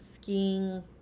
skiing